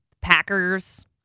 Packers